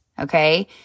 Okay